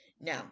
Now